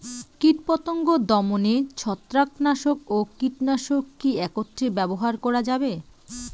কীটপতঙ্গ দমনে ছত্রাকনাশক ও কীটনাশক কী একত্রে ব্যবহার করা যাবে?